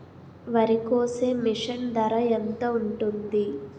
వరి కోసే మిషన్ ధర ఎంత ఉంటుంది?